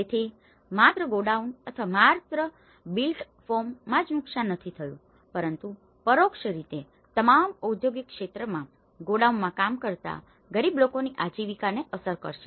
તેથી માત્ર ગોડાઉન અથવા માત્ર બિલ્ટ ફોર્મમાં જ નુકશાન થયું છે એવું નથી પરંતુ પરોક્ષ રીતે તે તમામ ઔદ્યોગિક ક્ષેત્રમાં ગોડાઉનમાં કામ કરતા ગરીબ લોકોની આજીવિકાને અસર કરશે